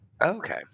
okay